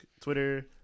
Twitter